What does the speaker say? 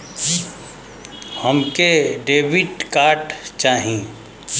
हमके debit card चाही?